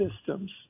systems